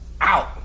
out